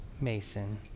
Mason